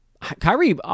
Kyrie